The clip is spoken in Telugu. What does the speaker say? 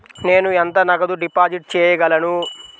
నేను ఎంత నగదు డిపాజిట్ చేయగలను?